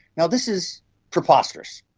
you know this is preposterous.